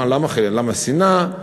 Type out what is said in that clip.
למה שנאה?